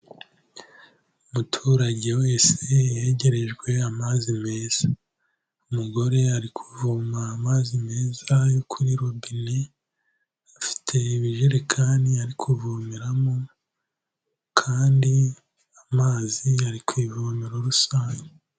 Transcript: Umuturage wese yegerejwe amazi meza, umugore ari kuvoma amazi meza yo kuri robine afite ibijerekani ari kuvomeramo, kandi amazi yari kuvomero rusange.